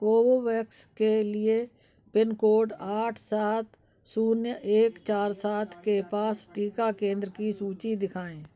Covovax के लिए pin code आठ सात शून्य एक चार सात के पास टीका केंद्र की सूची दिखाएँ